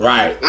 Right